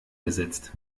gesetzt